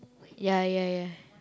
ya ya ya